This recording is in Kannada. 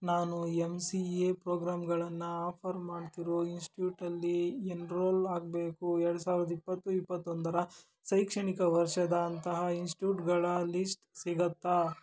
ನಾನು ಎಮ್ ಸಿ ಎ ಪ್ರೋಮ್ಗಳನ್ನು ಆಫರ್ ಮಾಡ್ತಿರೋ ಇನ್ಸ್ಟ್ಯೂಟಲ್ಲಿ ಎನ್ರೋಲ್ ಆಗಬೇಕು ಎರ್ಡು ಸಾವ್ರ್ದ ಇಪ್ಪತ್ತು ಇಪ್ಪತ್ತೊಂದರ ಶೈಕ್ಷಣಿಕ ವರ್ಷದ ಅಂತಹ ಇನ್ಸ್ಟ್ಯೂಟ್ಗಳ ಲೀಸ್ಟ್ ಸಿಗುತ್ತಾ